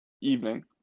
evening